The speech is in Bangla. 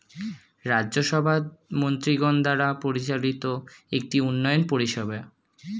রাজ্য সভা মন্ত্রীগণ দ্বারা পরিচালিত একটি উন্নয়ন পরিষেবা